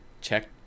Check